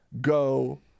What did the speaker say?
Go